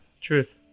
truth